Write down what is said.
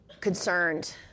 concerned